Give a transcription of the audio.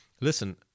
listen